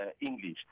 English